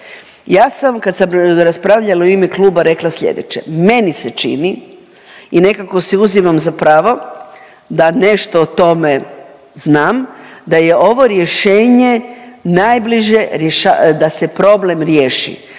Ja sam kad sam raspravljala u ime kluba rekla sljedeće, meni se čini i nekako si uzimam za pravo da nešto o tome znam, da je ovo rješenje najbliže .../nerazumljivo/...